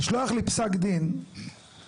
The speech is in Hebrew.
לשלוח לי פסק דין לפני,